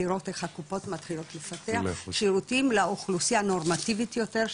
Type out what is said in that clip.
לראות איך הקופות מתחילות לפתח שירותים לאוכלוסייה נורמטיבית יותר,